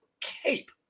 cape